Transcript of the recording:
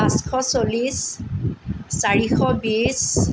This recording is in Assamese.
পাঁচশ চল্লিছ চাৰিশ বিছ